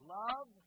love